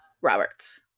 Roberts